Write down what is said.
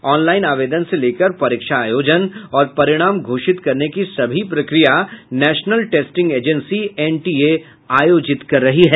online आवेदन से लेकर परीक्षा आयोजन और परिणाम घोषित करने की सभी प्रक्रिया नेशनल टेस्टिंग एजेंसी एनटीए आयोजित कर रही है